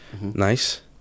Nice